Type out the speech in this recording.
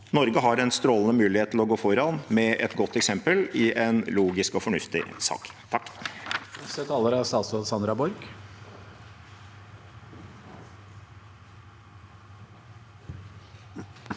Norge har en strålende mulighet til å gå foran med et godt eksempel, i en logisk og fornuftig sak.